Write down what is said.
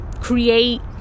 create